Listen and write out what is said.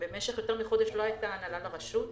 במשך חודש לא היתה הנהלה לרשות,